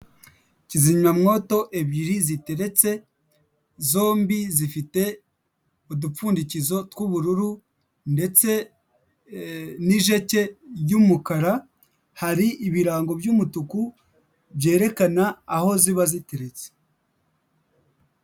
Kizimyamwoto ebyiri ziteretse zombi zifite udupfundikizo tw'ubururu ndetse n'ijeke ry'umukara, hari ibirango by'umutuku byerekana aho ziba zitetse.